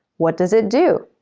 what does it do?